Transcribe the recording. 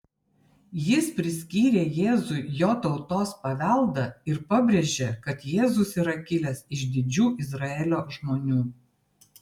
jis priskyrė jėzui jo tautos paveldą ir pabrėžė kad jėzus yra kilęs iš didžių izraelio žmonių